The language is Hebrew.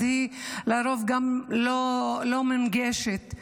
אז לרוב היא גם לא מונגשת.